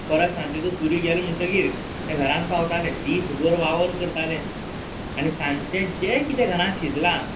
परत सांचेजो सूर्य गेल म्हणटगीर ते घरान पावताले दिसभर वावर करताले आनी सांचे जें किदें घरां शिजलां